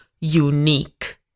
unique